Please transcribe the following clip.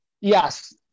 yes